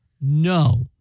no